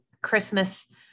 christmas